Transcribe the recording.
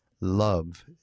love